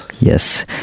Yes